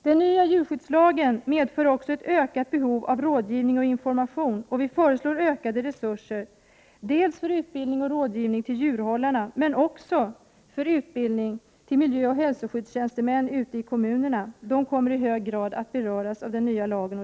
Den nya djurskyddslagen medför också ett ökat behov av rådgivning och information. Vi föreslår ökade resurser dels för utbildning och rådgivning till djurhållarna, dels för utbildning av miljöoch hälsoskyddstjänstemän ute i kommunerna. De kommer i hög grad att beröras av den nya lagen.